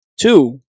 two